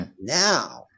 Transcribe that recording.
now